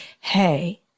hey